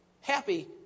Happy